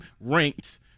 ranked